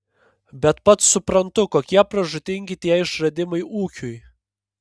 bet pats suprantu kokie pražūtingi tie išradimai ūkiui